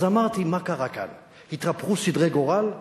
אז אמרתי, מה קרה כאן, התהפכו סדרי גורל,